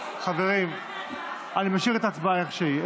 חברים, אני משאיר את ההצבעה איך שהיא.